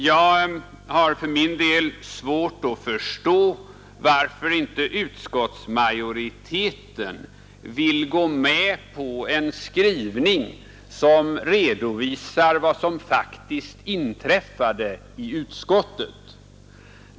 För min del har jag svårt att förstå, varför utskottsmajoriteten inte vill gå med på en skrivning som redovisar vad som faktiskt inträffade i utskottet.